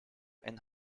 and